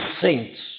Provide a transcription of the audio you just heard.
saints